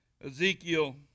Ezekiel